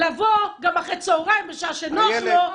לבוא גם אחרי צהריים בשעה שנוח לו,